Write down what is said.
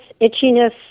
itchiness